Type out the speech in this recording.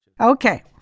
Okay